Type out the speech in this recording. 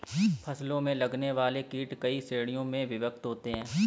फसलों में लगने वाले कीट कई श्रेणियों में विभक्त होते हैं